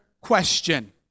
question